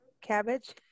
cabbage